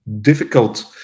difficult